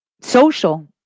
social